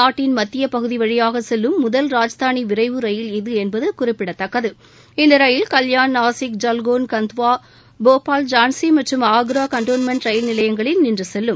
நாட்டின் மத்தியப்பகுதி வழியாக செல்லும் முதல் ராஜதானி விரைவு ரயில் என்பது குறிப்பிடத்தக்கது இந்த ரயில் கல்யான் நாசிக் ஜல்கோன் கந்த்வா போபால் ஜான்சி மற்றும் ஆக்ரா கண்டோமெண்ட் ரயில் நிலையங்களில் நிள்று செல்லும்